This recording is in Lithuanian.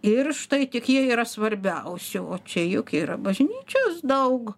ir štai tik jie yra svarbiausi o čia juk yra bažnyčios daug